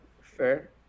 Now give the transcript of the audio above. fair